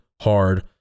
hard